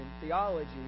theology